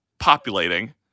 Populating